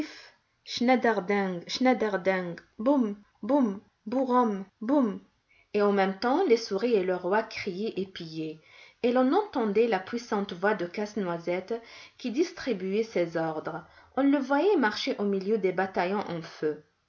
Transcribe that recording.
schnetterdeng schnetterdeng boum boum bouroum boum et en même temps les souris et leur roi criaient et piaillaient et l'on entendait la puissante voix de casse-noisette qui distribuait ses ordres on le voyait marcher au milieu des bataillons en feu